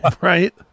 right